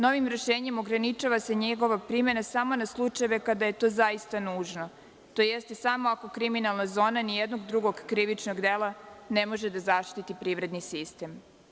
Novim rešenjem ograničava se njegova primena samo na slučajeve kada je to zaista nužno, tj. samo ako kriminalna zona nijednog drugog krivičnog dela ne može da zaštiti privredni sistem.